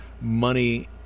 money